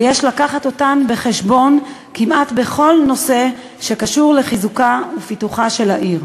ויש להביא אותן בחשבון כמעט בכל נושא שקשור לחיזוקה ופיתוחה של העיר.